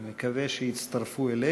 אני מקווה שהם יצטרפו אלינו.